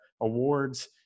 awards